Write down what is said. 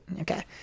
Okay